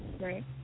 Right